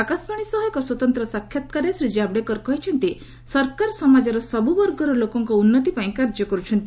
ଆକାଶବାଣୀ ସହ ଏକ ସ୍ୱତନ୍ତ୍ର ସାକ୍ଷାତକାରରେ ଶ୍ରୀ କାଭଡେକର କହିଛନ୍ତି ସରକାର ସମାଜର ସବୁବର୍ଗର ଲୋକଙ୍କ ଉନ୍ନତି ପାଇଁ କାର୍ଯ୍ୟ କରୁଛନ୍ତି